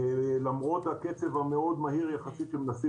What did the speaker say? למרות הקצב המהיר מאוד יחסית שבו מנסים